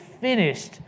finished